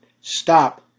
stop